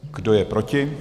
Kdo je proti?